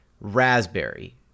Raspberry